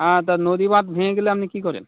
হ্যাঁ তা নদী বাঁধ ভেঙে গেলে আপনি কী করেন